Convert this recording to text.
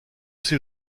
ces